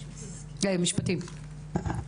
בבקשה.